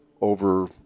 over